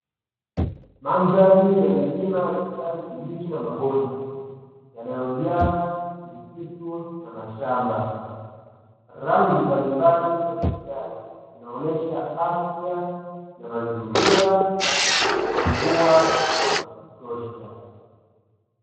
Mandhari ya milima, kijani kibichi na mabonde yanayojaa misitu na mashamba, rangi mbalimbali za kijani. Inaonyesha afya ya mazingira na mvua ya kutosha.